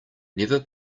never